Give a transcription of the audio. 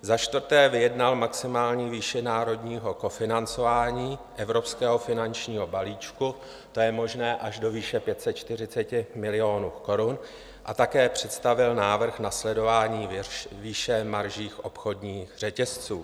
IV. vyjednal maximální výši národního kofinancování evropského finančního balíčku, to je možné až do výše 540 milionů korun, a také představil návrh na sledování výše marží obchodních řetězců.